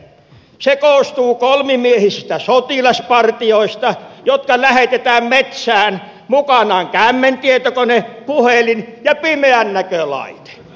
se koostuu kolmimiehisistä sotilaspartioista jotka lähetetään metsään mukanaan kämmentietokone puhelin ja pimeänäkölaite